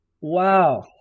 Wow